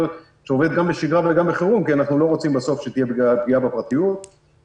אני חייב לומר שיש הרבה מאוד קבוצות או היו כאלה והפיקו תרחישים